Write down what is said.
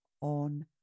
on